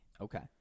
Okay